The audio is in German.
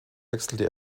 wechselte